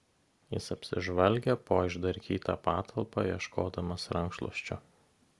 jis apsižvalgė po išdarkytą patalpą ieškodamas rankšluosčio